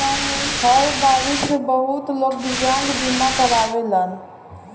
हर बारिस बहुत लोग दिव्यांग बीमा करावेलन